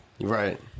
Right